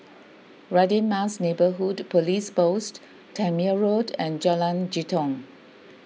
Radin Mas Neighbourhood Police Post Tangmere Road and Jalan Jitong